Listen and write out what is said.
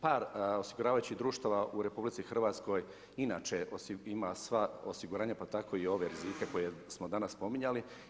Par osiguravajućih društava u RH, inače ima sva osiguranja pa tak i ove rizike koje smo danas spominjali.